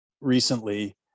recently